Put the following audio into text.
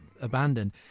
abandoned